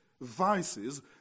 vices